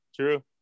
true